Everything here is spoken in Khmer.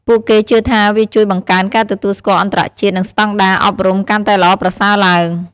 ពួកគេជឿថាវាជួយបង្កើនការទទួលស្គាល់អន្តរជាតិ និងស្តង់ដារអប់រំកាន់តែល្អប្រសើរឡើង។